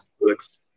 books